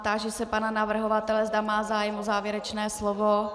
Táži se pana navrhovatele, zda má zájem o závěrečné slovo.